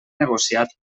negociat